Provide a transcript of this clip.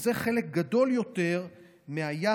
וזה חלק גדול יותר מהיחס